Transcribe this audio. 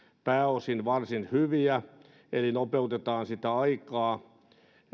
pääosin varsin hyviä eli nopeutetaan sitä aikaa